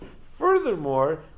Furthermore